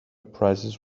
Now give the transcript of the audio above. prices